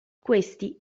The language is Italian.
questi